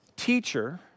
Teacher